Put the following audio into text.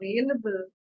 available